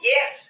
Yes